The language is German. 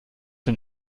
den